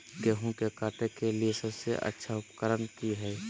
गेहूं के काटे के लिए सबसे अच्छा उकरन की है?